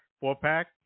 four-pack